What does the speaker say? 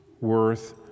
worth